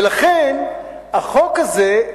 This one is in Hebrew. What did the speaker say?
ולכן החוק הזה,